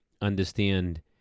understand